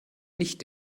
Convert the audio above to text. nicht